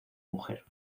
mujer